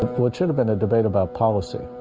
what should have been a debate about policy.